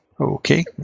Okay